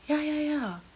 ya ya ya